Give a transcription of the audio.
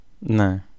No